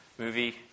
movie